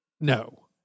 No